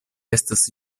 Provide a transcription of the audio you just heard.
estas